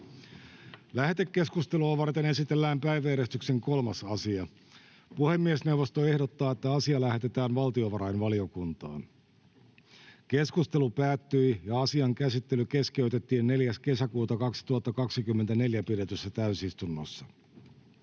Lähetekeskustelua varten esitellään päiväjärjestyksen 3. asia. Puhemiesneuvosto ehdottaa, että asia lähetetään valtiovarainvaliokuntaan. Keskustelu päättyi ja asian käsittely keskeytettiin 4.6.2024 pidetyssä täysistunnossa.